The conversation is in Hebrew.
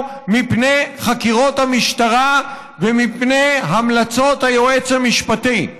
מפני חקירות המשטרה ומפני המלצות היועץ המשפטי.